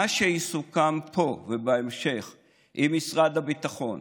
מה שיסוכם פה ובהמשך עם משרד הביטחון,